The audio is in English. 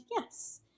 yes